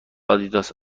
آدیداس